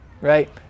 right